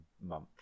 month